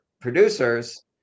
producers